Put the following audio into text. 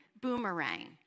boomerang